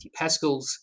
pascals